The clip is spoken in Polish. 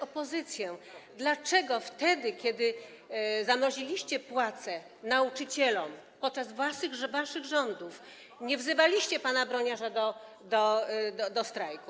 opozycję: Dlaczego wtedy, kiedy zamroziliście płace nauczycielom, podczas waszych rządów, nie wzywaliście pana Broniarza do strajku?